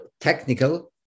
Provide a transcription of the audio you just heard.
technical